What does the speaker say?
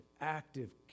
active